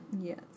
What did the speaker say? Yes